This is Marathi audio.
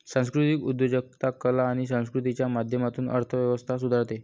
सांस्कृतिक उद्योजकता कला आणि संस्कृतीच्या माध्यमातून अर्थ व्यवस्था सुधारते